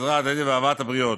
עזרה הדדית ואהבת הבריות.